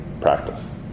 practice